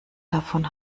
davon